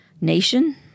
nation